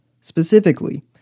Specifically